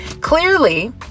clearly